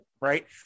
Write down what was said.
right